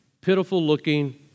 pitiful-looking